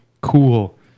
cool